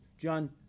John